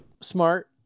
smart